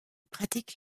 pratique